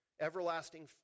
Everlasting